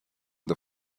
the